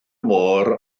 môr